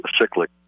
cyclic